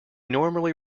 normally